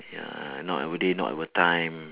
ya not our day not our time